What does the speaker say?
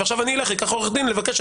ועכשיו אני אקח עורך דין לבקש.